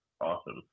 awesome